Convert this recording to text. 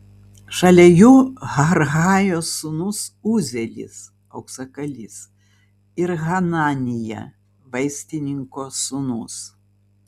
šalia jų harhajos sūnus uzielis auksakalys ir hananija vaistininko sūnus